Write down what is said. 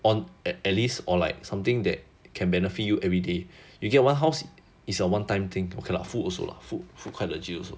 on a~ at least or like something that can benefit you everyday you get one house is a one time thing okay lah food also lah food quite legit also